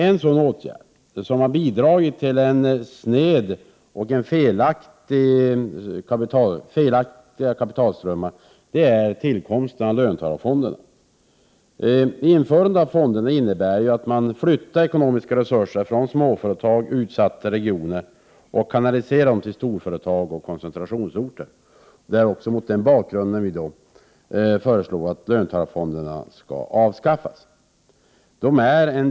En åtgärd som har bidragit till sneda och felaktiga kapitalströmmar är införandet av löntagarfonderna. Införandet av fonderna innebär att man flyttar ekonomiska resurser från småföretag i utsatta regioner och kanaliserar dem till storföretag och koncentrationsorter. Det är också mot den bakgrunden vi föreslår att löntagarfonderna skall avskaffas.